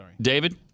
David